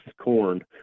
corn